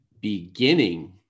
beginning